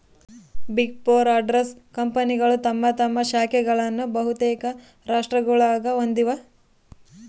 big four auditors ಕಂಪನಿಗಳು ತಮ್ಮ ತಮ್ಮ ಶಾಖೆಗಳನ್ನು ಬಹುತೇಕ ರಾಷ್ಟ್ರಗುಳಾಗ ಹೊಂದಿವ